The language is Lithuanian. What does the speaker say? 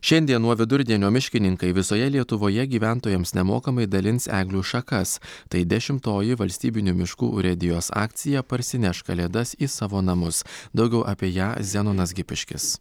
šiandien nuo vidurdienio miškininkai visoje lietuvoje gyventojams nemokamai dalins eglių šakas tai dešimtoji valstybinių miškų urėdijos akcija parsinešk kalėdas į savo namus daugiau apie ją zenonas gipiškis